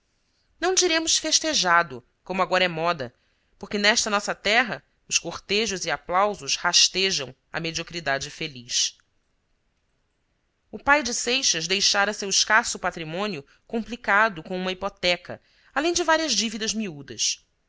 não diremos festejado como agora é moda porque nesta nossa terra os cortejos e aplausos rastejam a medio cridade feliz o pai de seixas deixara seu escasso patrimônio complicado com uma hipoteca além de várias dívidas miúdas